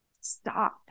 Stop